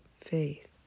faith